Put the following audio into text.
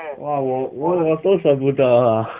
!wah! 我我我都舍不得啊